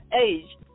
age